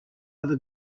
other